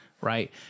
Right